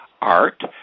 art